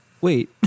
wait